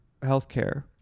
healthcare